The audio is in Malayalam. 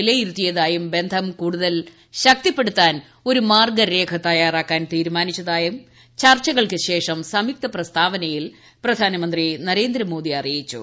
വിലയിരുത്തിയതായും ബന്ധം കൂടുതൽ ശക്തിപ്പെടുത്താൻ ഒരു മാർഗ്ഗരേഖ തയ്യാറാക്കാൻ തീരുമാനിച്ചതായും ചർച്ചകൾക്ക് ശേഷം സംയുക്ത പ്രസ്താവനയിൽ പ്രധാനമന്ത്രി നരേന്ദ്രമോദി അറിയിച്ചു